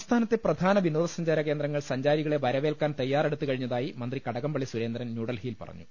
സംസ്ഥാനത്തെ പ്രധാന വിനോദ സഞ്ചാരകേന്ദ്രങ്ങൾ സഞ്ചാ രികളെ വരവേൽക്കാൻ തയ്യാറെടുത്തു കഴിഞ്ഞതായി മന്ത്രി കട കംപള്ളി സുരേന്ദ്രൻ ന്യൂഡൽഹിയിൽ പറഞ്ഞു